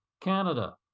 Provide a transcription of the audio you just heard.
Canada